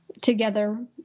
together